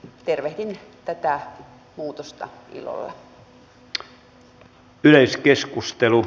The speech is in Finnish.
tervehdin tätä muutosta ilolla